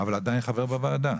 אבל עדיין חבר בוועדה.